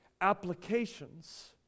applications